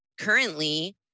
Currently